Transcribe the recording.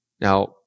Now